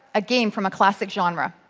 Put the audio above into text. a game from a classic genre.